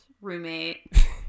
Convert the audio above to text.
roommate